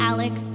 Alex